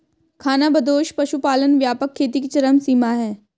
खानाबदोश पशुपालन व्यापक खेती की चरम सीमा है